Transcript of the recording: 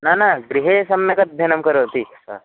न न गृहे सम्यक् अध्ययनं करोति सः